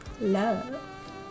Love